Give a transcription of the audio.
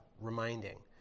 reminding